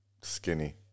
Skinny